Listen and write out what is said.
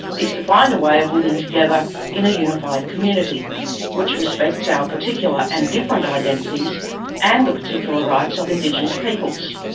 is to find a way of living together in a unified community which respects our particular and different identities and the particular rights of indigenous peoples.